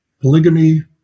Polygamy